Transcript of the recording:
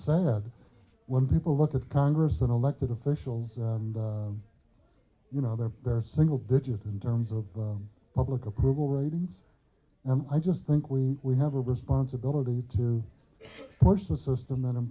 sad when people look at congress and elected officials and you know they're they're single digit in terms of public approval ratings and i just think we we have a responsibility to watch the system and i